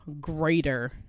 greater